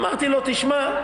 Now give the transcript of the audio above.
אמרתי לו: תשמע,